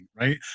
right